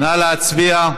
נא להצביע.